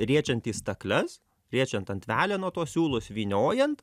riečiant į stakles riečiant ant veleno tuos siūlus vyniojant